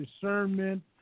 discernment